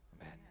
Amen